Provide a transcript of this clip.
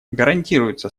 гарантируется